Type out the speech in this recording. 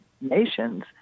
nation's